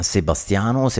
Sebastiano